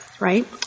Right